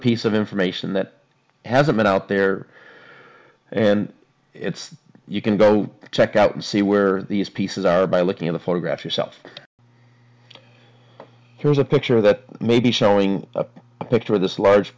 piece of information that hasn't been out there and it's you can go check out and see where these pieces are by looking at a photograph yourself here's a picture that may be showing a picture of this large